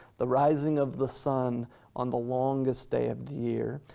the rising of the sun on the longest day of the year,